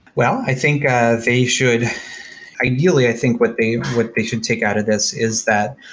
well, i think they should ideally i think what they what they should take out of this is that,